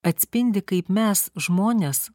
atspindi kaip mes žmonės